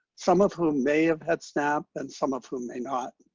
some of whom may have had snap, and some of whom may not.